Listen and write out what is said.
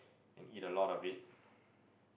and eat a lot of it